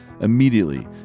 Immediately